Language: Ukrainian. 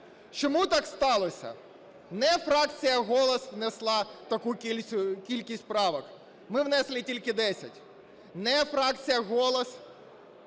Чому так сталося? Не фракція "Голос" внесла таку кількість правок, ми внесли тільки 10. Не фракція "Голос"